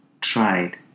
tried